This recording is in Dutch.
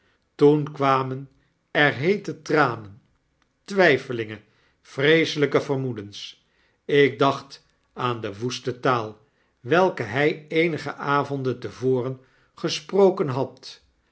toen kwamen er heete tranen twijfelingen vreeselyke vermoedens ik dacht aan de woeste taal welke hy eenige avonden te voren gesproken had